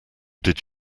did